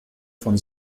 von